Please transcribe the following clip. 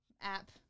app